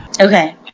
Okay